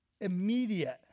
immediate